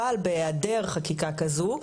אבל בהעדר חקיקה כזו,